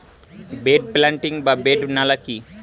Bed planting বা bed নালা কি?